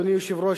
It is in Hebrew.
אדוני היושב-ראש,